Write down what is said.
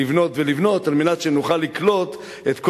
לבנות ולבנות כדי שנוכל לקלוט את כל